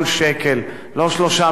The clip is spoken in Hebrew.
כך אני רואה את הנתונים.